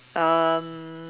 um